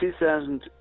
2000